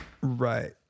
Right